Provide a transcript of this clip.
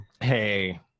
hey